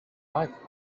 life